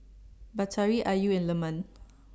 Batari Ayu and Leman